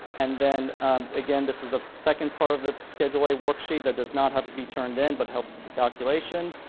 and again, this is the second part of the schedule a worksheet that does not have to be turned in but helps with the calculation.